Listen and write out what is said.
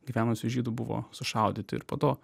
gyvenusių žydų buvo sušaudyti ir po to